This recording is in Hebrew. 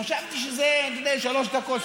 חשבתי שזה שלוש דקות,